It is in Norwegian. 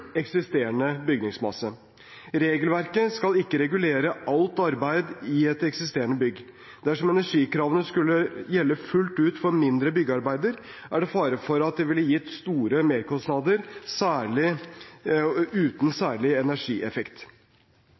eksisterende bygningsmasse. Regelverket skal ikke regulere alt arbeid i et eksisterende bygg. Dersom energikravene skulle gjelde fullt ut for mindre byggearbeider, er det fare for at det ville gitt store merkostnader uten særlig energieffekt.